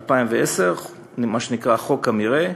2010, מה שנקרא חוק המרעה,